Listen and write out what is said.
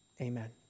amen